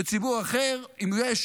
בציבור אחר, אם יש